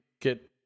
get